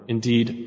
Indeed